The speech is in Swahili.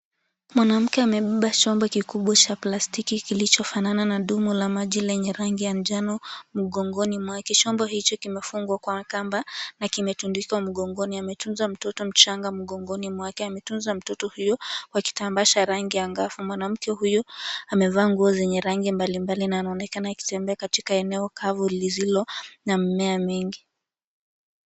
Mwanamke amebeba chombo kikubwa cha plastiki, kilichofanana na dumu la maji lenye rangi ya njano mgongoni mwake. Chombo hiki kimefungwa kwa kamba na kimetundikwa mgongoni. Ametunza mtoto mchanga mgongoni mwake, ametunza mtoto huyo kwa kitambaa cha rangi angavu. Mwanamke huyu amevaa nguo zenye rangi mbalimbali na anaonekana akitembea katika eneo kavu lisilo na mimea mingi.